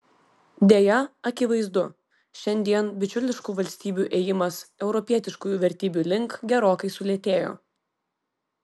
deja akivaizdu šiandien bičiuliškų valstybių ėjimas europietiškųjų vertybių link gerokai sulėtėjo